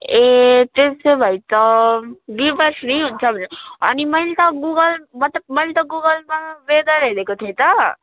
ए त्यसोभए त बिहीवार फ्री हुन्छ भने अनि मैले त गुगल मतलब मैले त गुगलमा वेदर हेरेको थिएँ त